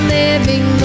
living